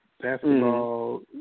basketball